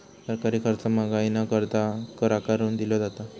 सरकारी खर्च महागाई न करता, कर आकारून दिलो जाता